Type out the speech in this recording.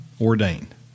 ordained